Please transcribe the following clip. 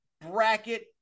bracket